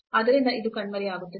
ಆದ್ದರಿಂದ ಇದು ಕಣ್ಮರೆಯಾಗುತ್ತದೆ